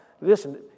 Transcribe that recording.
listen